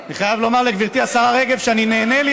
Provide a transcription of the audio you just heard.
אני חייב לומר לגברתי השרה רגב שאני נהנה,